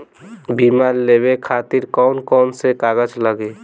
बीमा लेवे खातिर कौन कौन से कागज लगी?